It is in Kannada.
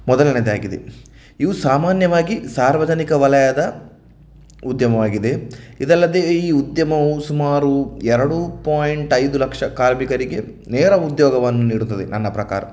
ಮೊದಲನೆಯದಾಗಿದೆ ಇವು ಸಾಮಾನ್ಯವಾಗಿ ಸಾರ್ವಜನಿಕ ವಲಯದ ಉದ್ಯಮವಾಗಿದೆ ಇದಲ್ಲದೆ ಈ ಉದ್ಯಮವು ಸುಮಾರು ಎರಡು ಪಾಯಿಂಟ್ ಐದು ಲಕ್ಷ ಕಾರ್ಮಿಕರಿಗೆ ನೇರ ಉದ್ಯೋಗವನ್ನು ನೀಡುತ್ತದೆ ನನ್ನ ಪ್ರಕಾರ